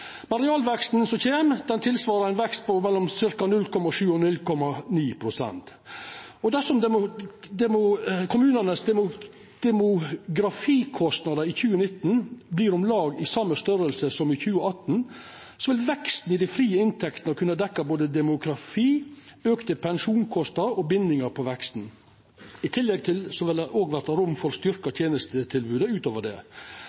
Realveksten som kjem, svarar til ein vekst på ca. 0,7–0,9 pst. Dersom kommunanes demografikostnader i 2019 vert på om lag same størrelse som i 2018, vil veksten i dei frie inntektene kunna dekkja både demografi, auka pensjonskostnader og bindingar på veksten. I tillegg vil det òg verta rom for å styrkja tenestetilbodet utover det